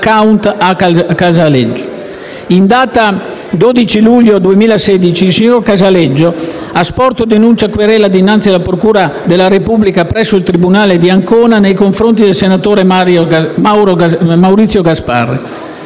In data 12 luglio 2016 il signor Casaleggio ha sporto denuncia-querela dinanzi alla procura della Repubblica presso il tribunale di Ancona nei confronti del senatore Maurizio Gasparri;